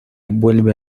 vuelve